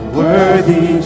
worthy